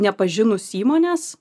nepažinus įmonės